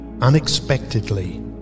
unexpectedly